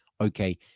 okay